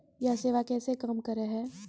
यह सेवा कैसे काम करै है?